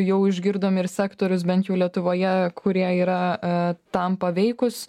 jau išgirdom ir sektorius bent jau lietuvoje kurie yra a tam paveikūs